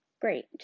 Great